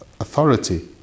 authority